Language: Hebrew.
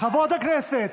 חברות הכנסת,